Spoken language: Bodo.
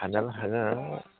हाजार हागोन